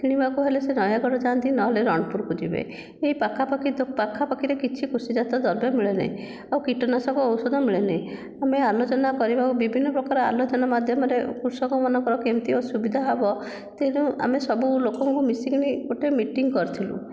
କିଣିବାକୁ ହେଲେ ସେ ନୟାଗଡ଼ ଯାଆନ୍ତି ନହେଲେ ରଣପୁରକୁ ଯିବେ ଏଇ ପାଖାପାଖି ପାଖାପାଖିରେ କିଛି କୃଷିଜାତ ଦ୍ରବ୍ୟ ମିଳେନି ଆଉ କୀଟନାଶକ ଔଷଧ ମିଳେନି ଆମେ ଆଲୋଚନା କରିବା ବିଭିନ୍ନ ପ୍ରକାର ଆଲୋଚନା ମାଧ୍ୟମରେ କୃଷକମାନଙ୍କର କେମିତି ସୁବିଧା ହେବ ତେଣୁ ଆମେ ସବୁ ଲୋକଙ୍କୁ ମିଶିକି ଗୋଟିଏ ମିଟିଙ୍ଗ କରିଥିଲୁ